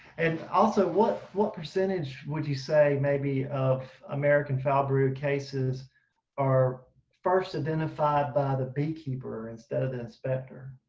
and also what what percentage would you say maybe of american foulbrood cases are first identified by the beekeeper instead of the inspector?